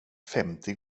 femtio